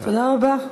תודה רבה.